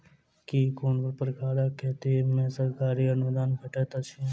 केँ कुन प्रकारक खेती मे सरकारी अनुदान भेटैत अछि?